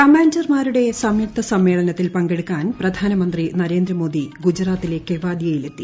കമാൻഡർമാരുടെ സംയുക്ത സമ്മേളനത്തിൽ പങ്കെടുക്കാൻ പ്രധാനമന്ത്രി നരേന്ദ്രമോദി ഗുജറാത്തിലെ കെവാദിയയിൽ എത്തി